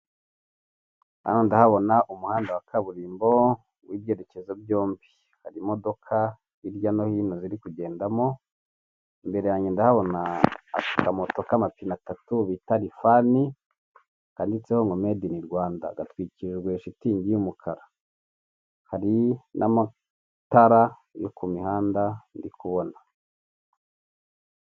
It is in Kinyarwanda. Hano ndahabona umuhanda wa kaburimbo w'ibyerekezo byombi, hari imodoka hirya no hino ziri kugendamo, imbere yanjye ndahabona akamoto k'amapine atatu bita rifanani handitseho ngo medi ini Rwanda gatwikirijwe shitingi y'umukara, hari n'amatara yo ku mihanda ndi kubona.